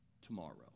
tomorrow